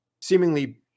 seemingly